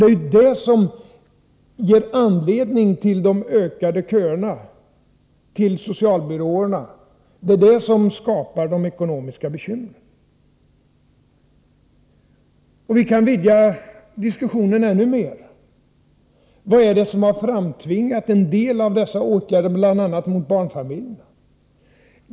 Det är ju detta som ger anledning till de ökade köerna till socialbyråerna. Det är detta som skapar de ekonomiska bekymren. Vi kan vidga diskussionen ännu mer och fråga: Vad är det som har framtvingat en del av de åtgärder som nu måste vidtas och som bl.a. drabbar barnfamiljerna?